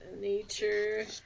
nature